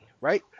Right